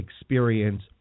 experience